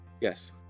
Yes